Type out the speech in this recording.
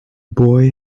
boy